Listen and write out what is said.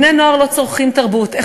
בני-נוער לא צורכים תרבות,